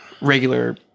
regular